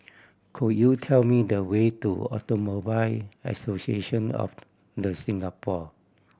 could you tell me the way to Automobile Association of The Singapore